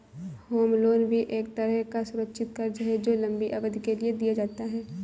home loan भी एक तरह का सुरक्षित कर्ज है जो लम्बी अवधि के लिए दिया जाता है